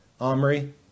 Omri